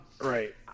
Right